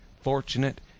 fortunate